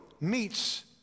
meets